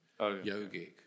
yogic